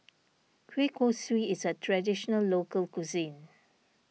Kueh Kosui is a Traditional Local Cuisine